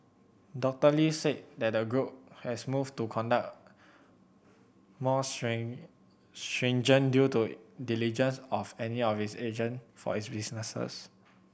Doctor Lee said that the group has moved to conduct more stringent due to diligence of any agent for its businesses